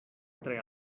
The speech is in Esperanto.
tre